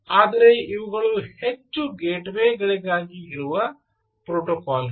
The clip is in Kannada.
ಆದರೆ ಇವುಗಳು ಹೆಚ್ಚು ಗೇಟ್ವೇ ಗಳಿಗಾಗಿ ಇರುವ ಪ್ರೋಟೋಕಾಲ್ ಗಳು